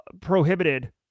prohibited